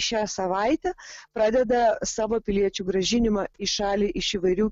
šią savaitę pradeda savo piliečių grąžinimą į šalį iš įvairių